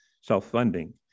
self-funding